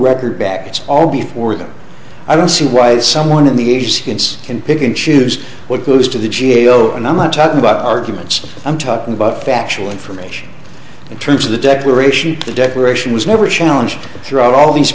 record back it's all before them i don't see why someone in the a c s can pick and choose what goes to the g a o and i'm not talking about arguments i'm talking about factual information in terms of the declaration the declaration was never challenged throughout all these